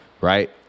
right